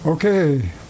Okay